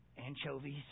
Anchovies